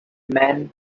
man